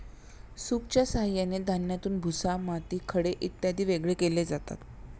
सूपच्या साहाय्याने धान्यातून भुसा, माती, खडे इत्यादी वेगळे केले जातात